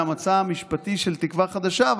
מהמצע המשפטי של תקווה חדשה,